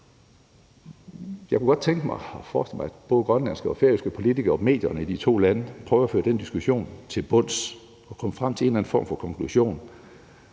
Jeg kunne godt tænke mig og forestille mig, at både grønlandske og færøske politikere og medierne i de to lande prøvede at føre den diskussion og komme til bunds og frem til en eller anden form for konklusion,